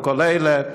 וכל אלה,